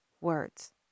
words